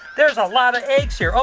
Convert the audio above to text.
there's a lot of eggs here!